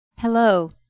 Hello